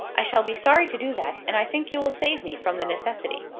i shall be sorry to do that, and i think you will save me from the necessity.